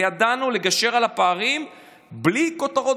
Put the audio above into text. וידענו לגשר על הפערים בלי כותרות